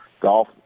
golf